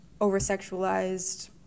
over-sexualized